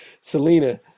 Selena